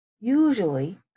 Usually